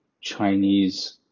chinese